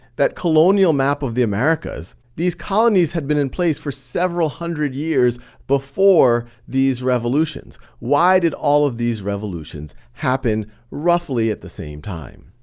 that colonial map of the americas, these colonies had been in place for several hundred years before these revolutions. why did all of these revolutions happen roughly at the same time?